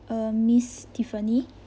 uh miss tiffany